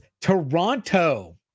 Toronto